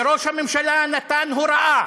וראש הממשלה נתן הוראה